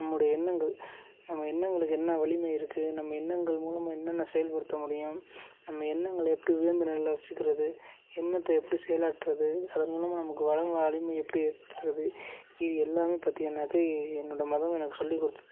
நம்முடைய எண்ணங்கள் நம்ம எண்ணங்களுக்கு என்ன வலிமை இருக்குது நம்ம எண்ணங்கள் மூலமாக என்னென்ன செயல்படுத்த முடியும் நம்ம எண்ணங்களை எப்படி உயர்ந்த நிலைல வெச்சிக்கிறது எண்ணத்தை எப்படி செயலாட்றது அதன் மூலமாக நமக்கு வள வலிமை எப்படி ஏற்படுத்துவது இது எல்லாமே பார்த்திங்கன்னாக்கா என்னோடய மதம் எனக்கு சொல்லிக் கொடுத்துது